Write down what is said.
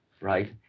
right